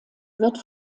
wird